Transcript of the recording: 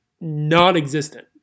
non-existent